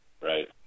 Right